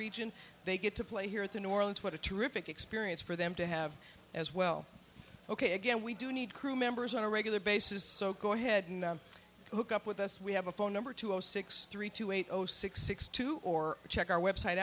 region they get to play here at the new orleans what a terrific experience for them to have as well ok again we do need crew members on a regular basis so go ahead and look up with us we have a phone number two zero six three two eight zero six six two or check our website